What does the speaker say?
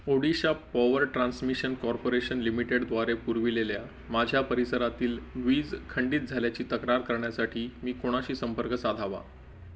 Odisha power transmission corporation लिमिटेडद्वारे पुरविलेल्या माझ्या परिसरातील वीज खंडित झाल्याची तक्रार करण्यासाठी मी कोणाशी संपर्क साधावा